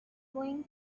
going